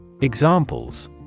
Examples